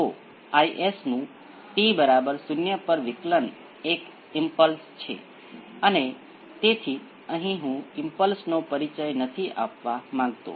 હવે આનું લાક્ષણિક સમીકરણ b 1 × p 1 0 જેમાં b 2 × p 1 એ 0 છે